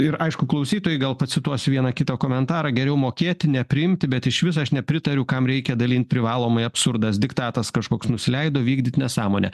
ir aišku klausytojai gal pacituosiu vieną kitą komentarą geriau mokėti nepriimti bet išvis aš nepritariu kam reikia dalint privalomai absurdas diktatas kažkoks nusileido vykdyt nesąmonę